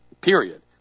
period